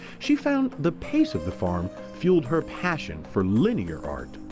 she found the pace of the farm fueled her passion for linear art.